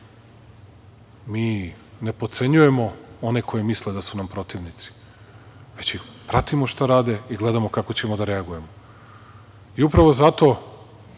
mi ne potcenjujemo one koji misle da su nam protivnici, već ih pratimo šta rade i gledamo kako ćemo da reagujemo. I upravo zato